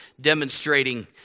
demonstrating